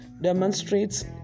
Demonstrates